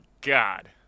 God